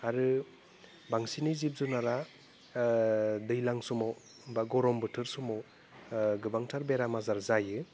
आरो बांसिनै जिब जुनारा दैलां समाव बा गरम बोथोर समाव गोबांथार बेराम आजार जायो